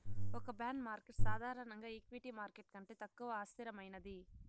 ఒక bond market సాధారణంగా equity market కంటే తక్కువ అస్థిరమైనది